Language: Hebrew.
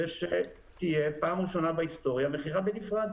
שתהיה פעם ראשונה בהיסטוריה מכירה בנפרד,